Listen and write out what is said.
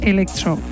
Electro